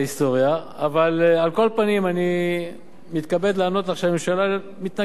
אבל על כל פנים אני מתכבד לענות שהממשלה מתנגדת להצעת החוק שלך,